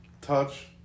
Touch